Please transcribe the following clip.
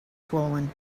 swollen